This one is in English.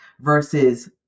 versus